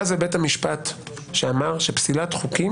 היה זה בית המשפט שאמר, שפסילת חוקים